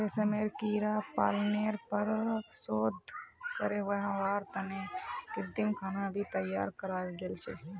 रेशमेर कीड़ा पालनेर पर शोध करे वहार तने कृत्रिम खाना भी तैयार कराल गेल छे